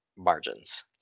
margins